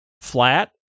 flat